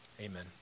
Amen